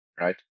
Right